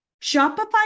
Shopify